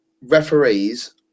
referees